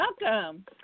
Welcome